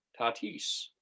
Tatis